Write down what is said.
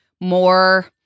more